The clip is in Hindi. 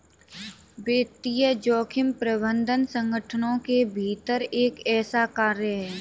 वित्तीय जोखिम प्रबंधन संगठनों के भीतर एक ऐसा कार्य है